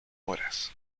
horas